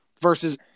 versus